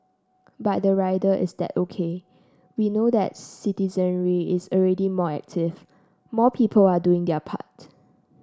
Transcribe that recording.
but the rider is that OK we know that citizenry is already more active more people are doing their part